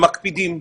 הם מקפידים.